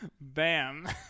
bam